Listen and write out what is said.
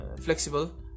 flexible